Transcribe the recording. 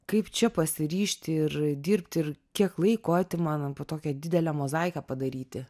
kaip čia pasiryžti ir dirbti ir kiek laiko atima na po tokią didelę mozaiką padaryti